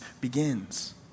begins